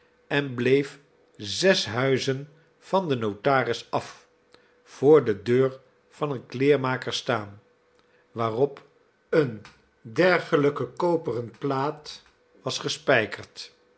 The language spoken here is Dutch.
en bleef zes huizen van den notaris af voor de deur van een kleermaker staan waarop eene dergelijke koperen plaat was gespijkerd